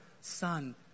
Son